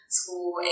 school